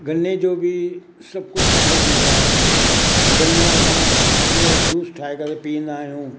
गन्ने जो बि सभु कुझु सुठो थींदो आहे गन्नो असां उन जो जूस ठाहे करे पीअंदा आहियूं